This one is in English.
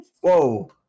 Whoa